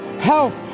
health